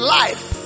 life